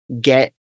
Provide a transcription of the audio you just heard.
get